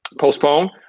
postpone